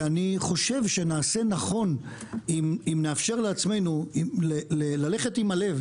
ואני חושב שנעשה נכון אם נאפשר לעצמנו ללכת עם הלב,